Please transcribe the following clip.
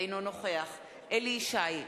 אינו נוכח אליהו ישי,